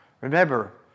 Remember